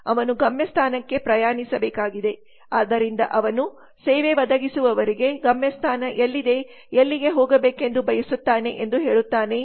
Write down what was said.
ಅವನು ಗಮ್ಯಸ್ಥಾನಕ್ಕೆ ಪ್ರಯಾಣಿಸಬೇಕಾಗಿದೆ ಆದ್ದರಿಂದ ಅವನು ಸೇವೆ ಒದಗಿಸುವವರಿಗೆ ಗಮ್ಯಸ್ಥಾನ ಎಲ್ಲಿದೆ ಎಲ್ಲಿಗೆ ಹೋಗಬೇಕೆಂದು ಬಯಸುತ್ತಾನೆ ಎಂದು ಹೇಳುತ್ತಾನೆ